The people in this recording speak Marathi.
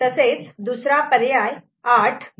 दुसरा पर्याय 8 आहे